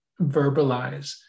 verbalize